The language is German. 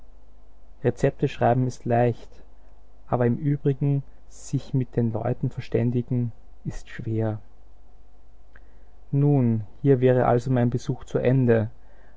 glauben rezepte schreiben ist leicht aber im übrigen sich mit den leuten verständigen ist schwer nun hier wäre also mein besuch zu ende